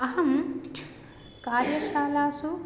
अहं कार्य शालासु